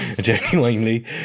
genuinely